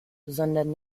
sondern